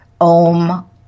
Om